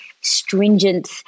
stringent